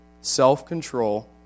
self-control